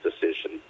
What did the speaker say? decision